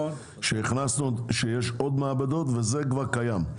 יש עוד מעבדות, וזה כבר קיים.